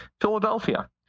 Philadelphia